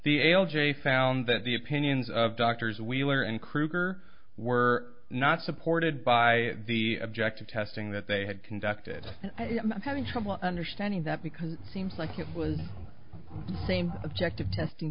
the a l j found that the opinions of doctors wheeler and krueger were not supported by the objective testing that they had conducted i'm having trouble understanding that because it seems like it was same objective testing